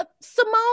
Simone